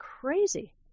crazy